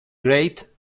great